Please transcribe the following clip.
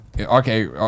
Okay